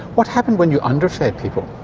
what happened when you underfed people?